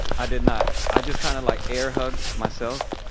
i did not. i just kind of like air hugged myself.